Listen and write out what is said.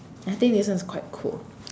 I think this is quite cool